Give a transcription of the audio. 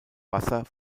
wasser